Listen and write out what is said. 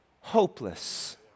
hopeless